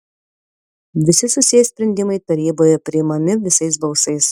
visi susiję sprendimai taryboje priimami visais balsais